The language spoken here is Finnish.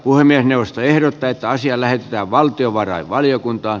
puhemiesneuvosto ehdottaa että asia lähetetään valtiovarainvaliokuntaan